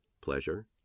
pleasure